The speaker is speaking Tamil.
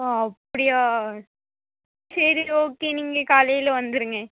ஓ அப்படியா சரி ஓகே நீங்கள் காலையில வந்துருங்க